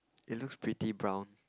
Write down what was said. it looks pretty brown